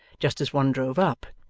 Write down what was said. just as one drove up,